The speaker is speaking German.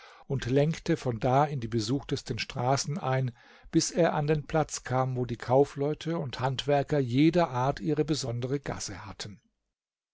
und lenkte von da in die besuchtesten straßen ein bis er an den platz kam wo die kaufleute und handwerker jeder art ihre besondere gasse hatten